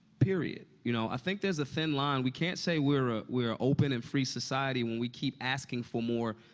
period. you know, i think there's a thin line we can't say we're a we're an open and free society when we keep asking for more,